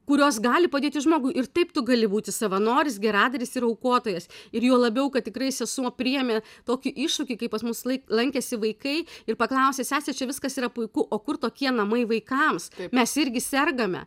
kurios gali padėti žmogui ir taip tu gali būti savanoris geradaris ir aukotojas ir juo labiau kad tikrai sesuo priėmė tokį iššūkį kai pas mus lankėsi vaikai ir paklausė sese čia viskas yra puiku o kur tokie namai vaikams mes irgi sergame